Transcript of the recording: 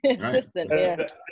Assistant